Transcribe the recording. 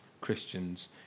Christians